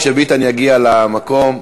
כשביטן יגיע למקום,